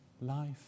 life